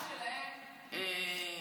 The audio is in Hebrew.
אבל בקהל שלהם התנדבות זה משהו,